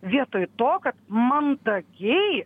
vietoj to kad mandagiai